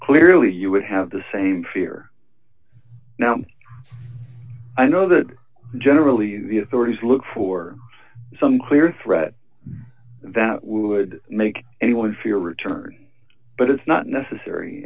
clearly you would have the same fear now i know that generally thirty's look for some clear threat that would make anyone feel return but it's not necessary